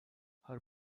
her